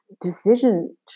decision